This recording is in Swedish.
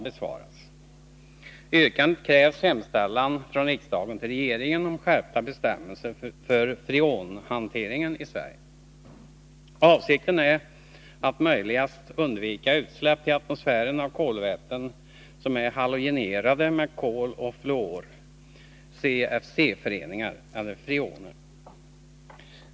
I detta yrkande krävs en hemställan från riksdagen till regeringen om skärpta bestämmelser för freonhanteringen i Sverige. Avsikten är att om möjligt undvika utsläpp till atmosfären av kolväten som är halogenerade med klor och fluor, CFC-föreningar eller freoner.